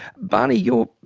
barney, you're,